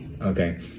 Okay